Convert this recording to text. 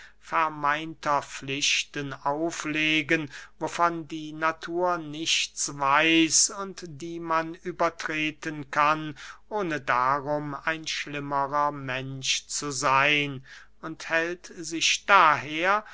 vermeinter pflichten auflegen wovon die natur nichts weiß und die man übertreten kann ohne darum ein schlimmerer mensch zu seyn und hält sich daher